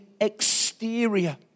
exterior